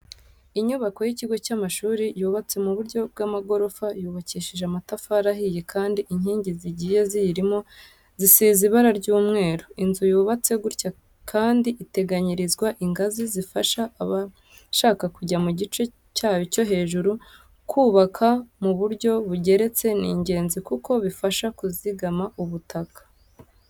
Inyubako y'ikigo cy'amashuri yubatse mu buryo bw'amagorofa, yubakishije amatafari ahiye kandi inkingi zigiye ziyirimo zisize ibara ry'umweru. Inzu yubatse gutyo kandi iteganyirizwa ingazi zifasha abashaka kujya mu gice cyayo cyo hejuru. Kubaka mu buryo bugeretse ni ingenzi kuko bifasha kuzigama ubutaka.